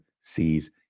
sees